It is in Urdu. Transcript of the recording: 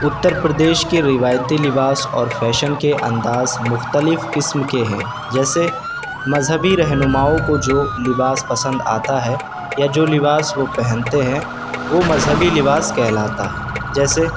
اتر پردیش کے روایتی لباس اور فیشن کے انداز مختلف قسم کے ہیں جیسے مذہبی رہنماؤں کو جو لباس پسند آتا ہے یا جو لباس وہ پہنتے ہیں وہ مذہبی لباس کہلاتا ہے جیسے